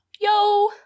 Yo